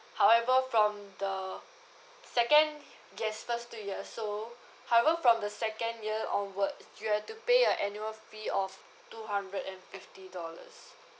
however from the second yes first two years so however from the second year onwards you have to pay an annual fee of two hundred and fifty dollars